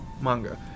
manga